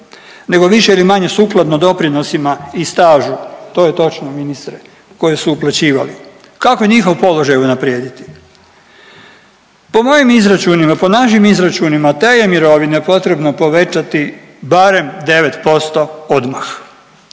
nego više ili manje sukladno doprinosima i stažu. To je točno ministre koje su uplaćivali. Kako njihov položaj unaprijediti? Po mojim izračunima, po našim izračunima te je mirovine potrebno povećati barem 9% odmah